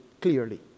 clearly